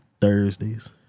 Thursdays